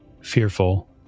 Fearful